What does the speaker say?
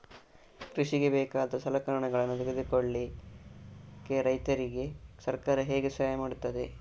ಕೃಷಿಗೆ ಬೇಕಾದ ಸಲಕರಣೆಗಳನ್ನು ತೆಗೆದುಕೊಳ್ಳಿಕೆ ರೈತರಿಗೆ ಸರ್ಕಾರ ಹೇಗೆ ಸಹಾಯ ಮಾಡ್ತದೆ?